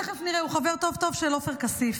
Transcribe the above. תכף נראה, הוא חבר טוב טוב של עופר כסיף: